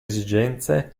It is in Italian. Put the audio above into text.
esigenze